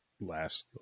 last